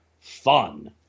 fun